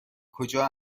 کجا